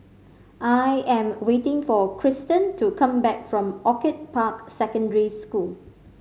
I am waiting for Kirsten to come back from Orchid Park Secondary School